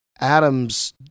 Adam's